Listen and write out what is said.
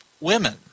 women